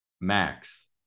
Max